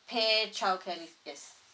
paid childcare leave yes